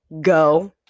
Go